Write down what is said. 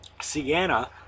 Sienna